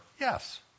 Yes